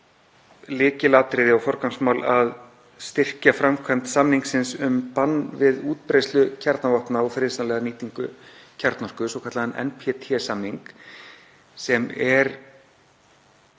lykilatriði og forgangsmál að styrkja framkvæmd samnings um bann við útbreiðslu kjarnavopna og friðsamlega nýtingu kjarnorku, svokallaðan NPT-samning, sem er,